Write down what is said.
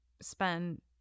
spend